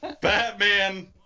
Batman